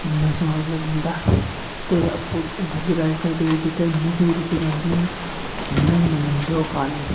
इ'न्ना सोआद लग्गी जंदा तुस आपूं अंदाज़ा लाई सकदे की जित्थें इ'न्नी स्हेई रुट्टी बनी सकदी ऐ कि'न्ना गै मज़ा औंदा होग खाने गी